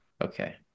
Okay